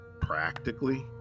practically